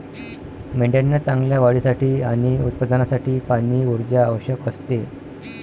मेंढ्यांना चांगल्या वाढीसाठी आणि उत्पादनासाठी पाणी, ऊर्जा आवश्यक असते